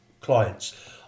clients